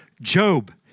Job